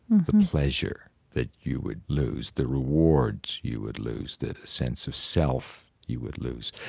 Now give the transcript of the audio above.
the pleasure that you would lose, the rewards you would lose, the sense of self you would lose,